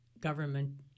government